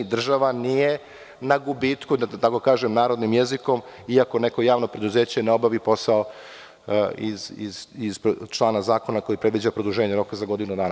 Država nije na gubitku, da tako kažem narodnim jezikom, iako neko javno preduzeće ne obavi posao iz člana zakona koji predviđa produženje roka za godinu dana.